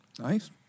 Nice